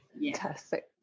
Fantastic